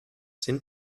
sind